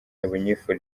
bunyifuriza